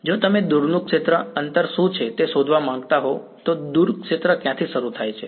જો તમે દૂર ક્ષેત્રનું અંતર શું છે તે શોધવા માંગતા હો તો દૂર ક્ષેત્ર ક્યાંથી શરૂ થાય છે